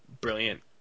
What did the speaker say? brilliant